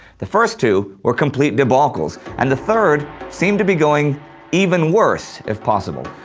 the first two were complete debacles, and the third seemed to be going even worse, if possible.